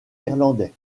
irlandais